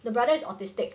his brother is autistic